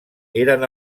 eren